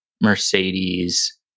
Mercedes